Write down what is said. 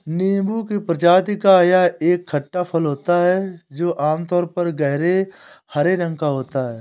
नींबू की प्रजाति का यह एक खट्टा फल होता है जो आमतौर पर गहरे हरे रंग का होता है